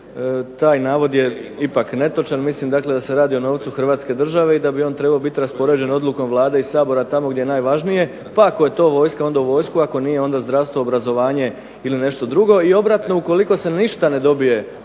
Taj navod je ipak netočan. Mislim dakle da se radi o novcu Hrvatske države i da bi on trebao biti raspoređen odlukom Vlade i Sabora tamo gdje je najvažnije, pa ako je to vojska onda u vojsku, ako nije onda zdravstvo, obrazovanje ili nešto drugo. I obratno ukoliko se ništa ne dobije